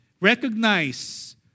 Recognize